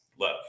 love